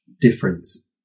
difference